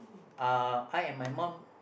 uh I and my mum